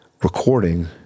Recording